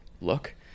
look